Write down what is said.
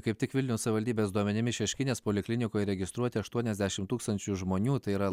kaip tik vilniaus savivaldybės duomenimis šeškinės poliklinikoje registruoti aštuoniasdešimt tūkstančių žmonių tai yra